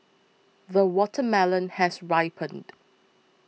the watermelon has ripened